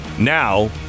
now